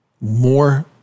more